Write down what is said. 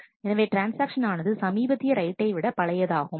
எனவே ட்ரான்ஸ்ஆக்ஷன் ஆனது சமீபத்திய ரைட்டை விட பழையது ஆகும்